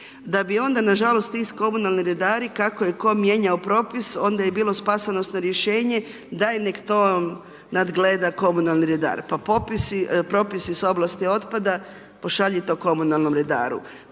Da bi onda nažalost ti komunalni redari, kako je tko mijenjao propis, onda je bilo spasonosno rješenje - daj nek to nadgleda komunalni redar. Pa propisi s oblasti otpada, pošalji to komunalnom redaru,